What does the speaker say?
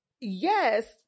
yes